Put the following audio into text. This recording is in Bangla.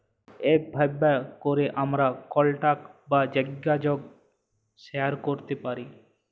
এপ ব্যাভার ক্যরে আমরা কলটাক বা জ্যগাজগ শেয়ার ক্যরতে পারি